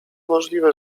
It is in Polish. możliwe